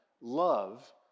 love